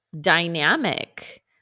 dynamic